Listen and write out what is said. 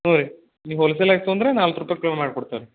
ಹ್ಞೂ ರೀ ನೀವು ಹೋಲ್ಸೇಲ್ ಆಗಿ ತೊಗೊಂಡ್ರೆ ನಲ್ವತ್ತು ರೂಪಾಯಿ ಕಿಲೋ ಮಾಡ್ಕೊಡ್ತೇವೆ ರೀ